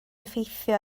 effeithio